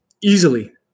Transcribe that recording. easily